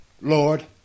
Lord